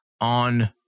on